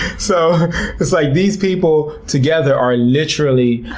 so it's like, these people together are literally